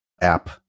app